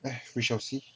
we shall see